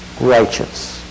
righteous